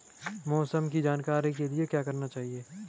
मौसम की जानकारी के लिए क्या करना चाहिए?